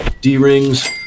D-rings